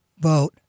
vote